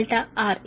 6 సరేనా